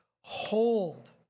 hold